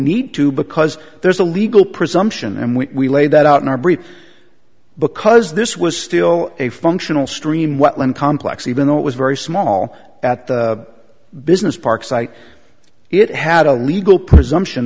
need to because there's a legal presumption and we laid that out in our brief because this was still a functional stream well and complex even though it was very small at the business park site it had a legal presumption